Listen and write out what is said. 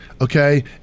okay